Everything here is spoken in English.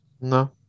No